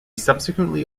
subsequently